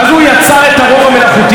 אז הוא יצר את הרוב המלאכותי,